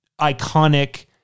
iconic